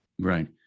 Right